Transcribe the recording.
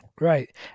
Right